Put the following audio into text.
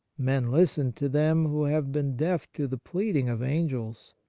men listen to them who have been deaf to the pleading of angels.